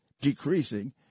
decreasing